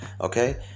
okay